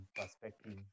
perspective